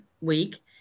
week